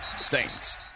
Saints